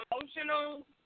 emotional